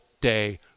day